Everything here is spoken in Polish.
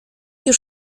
już